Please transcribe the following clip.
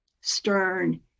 stern